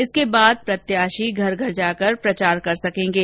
इसके बाद प्रत्याशी घर घर जाकर प्रचार कर सकेंगे